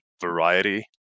variety